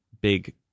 big